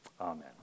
Amen